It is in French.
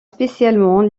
spécialement